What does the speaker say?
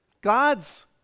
God's